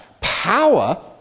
power